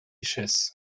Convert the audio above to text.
richesses